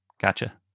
Gotcha